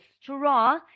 straw